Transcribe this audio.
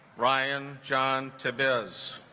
ryan john tab is